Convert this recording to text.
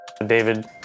David